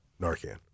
Narcan